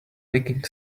nicking